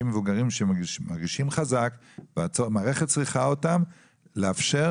מבוגרים שמרגישים חזק והמערכת צריכה אותם לאפשר,